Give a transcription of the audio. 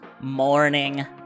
morning